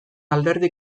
alderdi